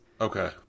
Okay